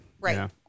Right